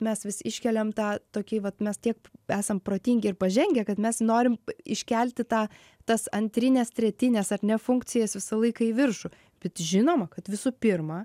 mes vis iškeliam tą tokį vat mes tiek esam protingi ir pažengę kad mes norim iškelti tą tas antrines tretines ar ne funkcijas visą laiką į viršų bet žinoma kad visų pirma